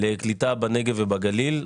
לקליטה בנגב ובגליל.